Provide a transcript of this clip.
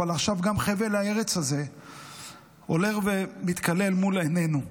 אבל עכשיו גם חבל הארץ הזה הולך ומתכלה מול עינינו.